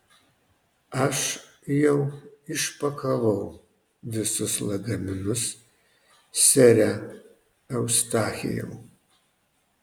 aš jau išpakavau visus lagaminus sere eustachijau